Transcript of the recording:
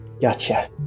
Gotcha